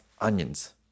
onions